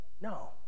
No